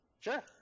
Sure